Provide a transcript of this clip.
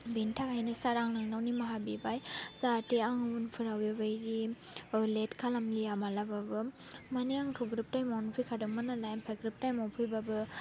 बेनि थाखायनो सार आं नोंनाव निमाहा बिबाय जाहाथे आं उनफोराव बेबायदि लेट खालामलिया मालाबाबो माने आंथ' ग्रोब टाइमआवनो फैखादोंमोन नालाय ओमफ्राय ग्रोब टाइमआव फैबाबो